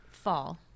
fall